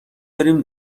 داریم